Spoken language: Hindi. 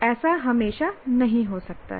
ऐसा हमेशा नहीं हो सकता है